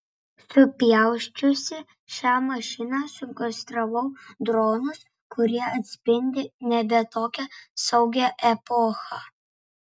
supjausčiusi šią mašiną sukonstravau dronus kurie atspindi nebe tokią saugią epochą